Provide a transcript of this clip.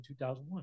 2001